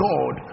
God